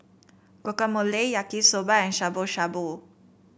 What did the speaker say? Guacamole Yaki Soba and Shabu Shabu